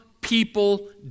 people